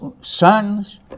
sons